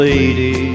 Lady